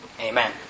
Amen